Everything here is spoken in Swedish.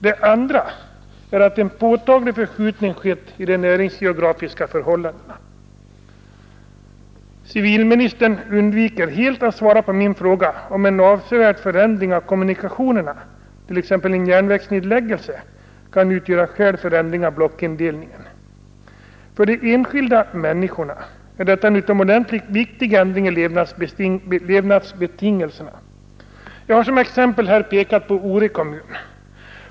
Det andra är att en påtaglig förskjutning har skett i de näringsgeografiska förhållandena. Civilministern undviker helt att svara på min fråga, om en avsevärd förändring av kommunikationerna, t.ex. en järnvägsnedläggelse, kan utgöra skäl för ändring av blockindelningen. För de enskilda människorna medför detta en utomordentligt viktig ändring i levnadsbetingelserna. Jag har som exempel här pekat på Ore kommun.